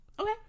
Okay